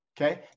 Okay